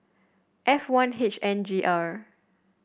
F one H N G R